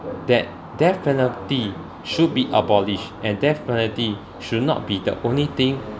that death penalty should be abolished and death penalty should not be the only thing